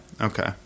okay